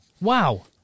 wow